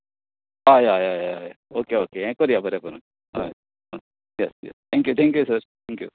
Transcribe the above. हय हय हय हय ओके ओके हें करया बरें करून thank you thank you sir thank you